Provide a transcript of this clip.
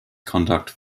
conduct